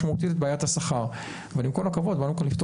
סוגיות השכר כי זה מקנה לוועדה מעמד לנהל משא ומתן